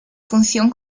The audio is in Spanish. función